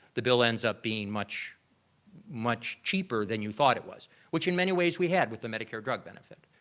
the bill ends up being much much cheaper than you thought it was. which in many ways we had with the medicare drug benefit.